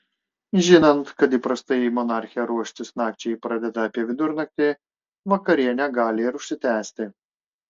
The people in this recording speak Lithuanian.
žinant kad įprastai monarchė ruoštis nakčiai pradeda apie vidurnaktį vakarienė gali ir užsitęsti